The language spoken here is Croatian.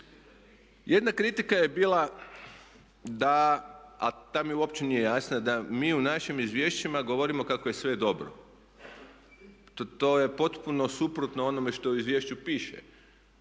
Jedna kritika je bila da, a ta mi uopće nije jasna, da mi u našim izvješćima govorimo kako je sve dobro. To je potpuno suprotno onome što u izvješću piše.